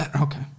Okay